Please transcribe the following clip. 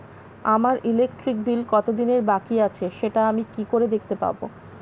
আমার electric bill কত দিনের বাকি আছে সেটা আমি কি করে দেখতে পাবো?